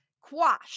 quash